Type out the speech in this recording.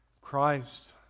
Christ